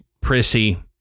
prissy